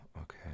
okay